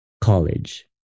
college